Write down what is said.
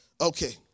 Okay